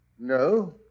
No